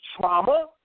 trauma